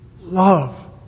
love